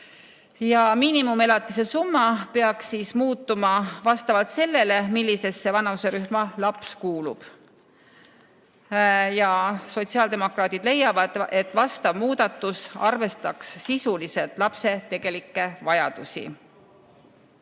Miinimumelatise summa peaks muutuma vastavalt sellele, millisesse vanuserühma laps kuulub. Sotsiaaldemokraadid leiavad, et vastav muudatus arvestaks sisuliselt lapse tegelikke vajadusi.